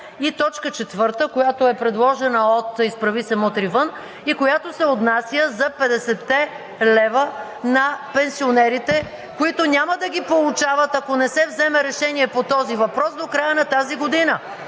и точка четвърта, предложени от „Изправи се! Мутри вън!“, които се отнасят за петдесетте лева на пенсионерите и които няма да получават, ако не се вземе решение по този въпрос, до края на тази година.